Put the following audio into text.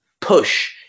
push